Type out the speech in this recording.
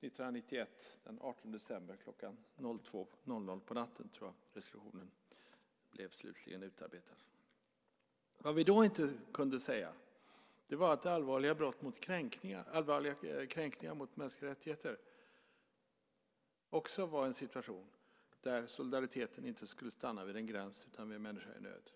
1991, den 18 december kl. 02.00 på natten, då resolutionen slutligen blev utarbetad. Vad vi då inte kunde säga var att allvarliga kränkningar mot mänskliga rättigheter också var en situation där solidariteten inte skulle stanna vid en gräns utan vid en människa i nöd.